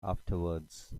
afterwards